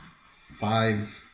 five